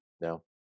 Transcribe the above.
No